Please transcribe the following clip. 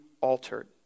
altered